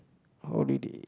holiday